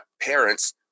parents